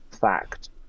fact